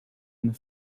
and